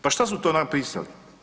Pa šta su to napisali?